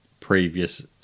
previous